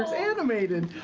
animated!